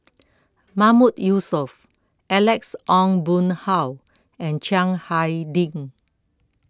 Mahmood Yusof Alex Ong Boon Hau and Chiang Hai Ding